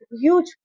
huge